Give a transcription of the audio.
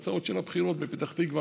התוצאות של הבחירות בפתח תקווה,